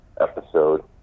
episode